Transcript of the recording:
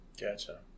Gotcha